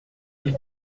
ils